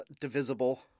divisible